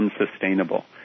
unsustainable